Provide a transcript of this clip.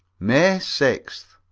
may sixth.